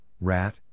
rat